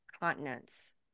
continents